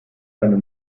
eine